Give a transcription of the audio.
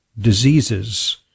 diseases